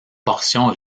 portion